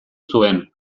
zuen